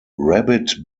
rabbit